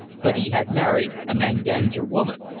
but he had married a manganja woman.